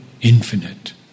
infinite